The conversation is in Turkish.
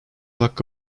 hakkı